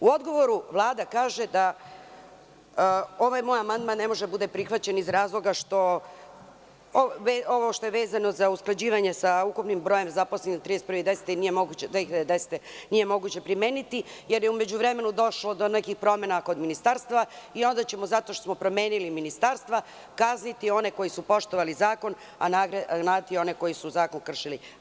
U odgovoru Vlada kaže da ovaj moj amandman ne može da bude prihvaćen iz razloga, ovo što je vezano za usklađivanje sa ukupnim brojem zaposlenih do 31.10, nije moguće primeniti, jer je u međuvremenu došlo do nekih promena kod ministarstva i onda ćemo zato što smo promenili ministarstva kazniti one koji su poštovali zakon, a nagraditi one koji su zakon kršili.